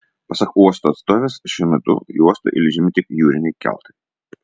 pasak uosto atstovės šiuo metu į uostą įleidžiami tik jūriniai keltai